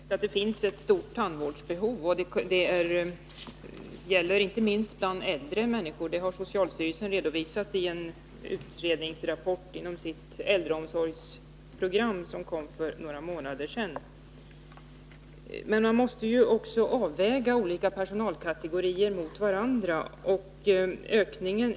Herr talman! Det är korrekt att det finns ett stort tandvårdsbehov. Det gäller inte minst äldre människor — det har socialstyrelsen redovisat i en utredningsrapport inom sitt äldreomsorgsprogram som kom för några månader sedan. Men man måste också avväga olika personalkategoriers storlek mot varandra.